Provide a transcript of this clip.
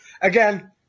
Again